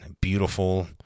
beautiful